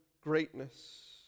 greatness